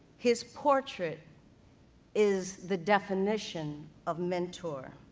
his portrait is the definition of mentor.